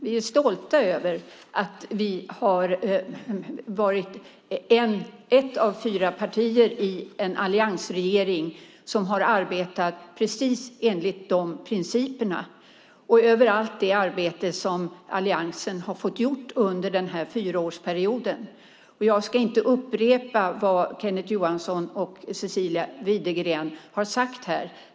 Vi är stolta över att vi har varit ett av fyra partier i en alliansregering som har arbetat precis enligt de principerna. Det gäller överallt i det arbete som alliansen har fått göra under denna fyraårsperiod. Jag ska inte upprepa vad Kenneth Johansson och Cecilia Widegren har sagt här.